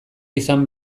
izan